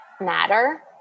matter